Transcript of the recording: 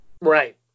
Right